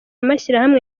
mashyirahamwe